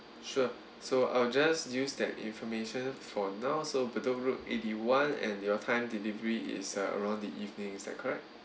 sure so I'll just use that information for now so bedok road eighty one and your time delivery is uh around the evenings is that correct